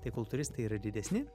tai kultūristai yra didesni